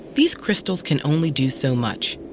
these crystals can only do so much,